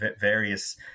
various